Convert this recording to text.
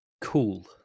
cool